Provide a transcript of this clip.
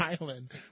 Island